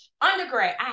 undergrad